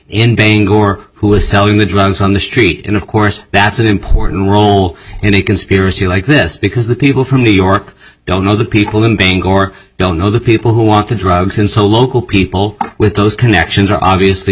in bangor who was selling the drugs on the street and of course that's an important role in a conspiracy like this because the people from new york don't know the people in bangor don't know the people who want the drug since the local people with those connections are obviously